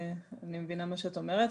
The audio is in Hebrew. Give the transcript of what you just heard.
אני מבינה את מה שאת אומרת,